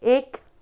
एक